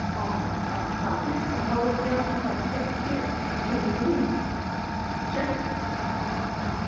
ओ हो सम्यक् भवत्याः सब्जेक्ट् किं हिन्दी च